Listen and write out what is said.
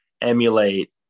emulate